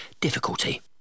difficulty